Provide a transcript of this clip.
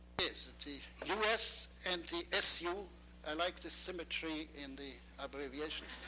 is the the us and the su i like the symmetry in the abbreviations